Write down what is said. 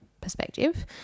perspective